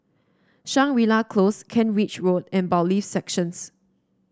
Shangri La Close Kent Ridge Road and Bailiffs' Section